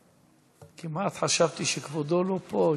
כמעט חשבתי שכבודו לא פה,